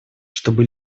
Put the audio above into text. чтобы